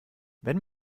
wenn